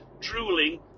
drooling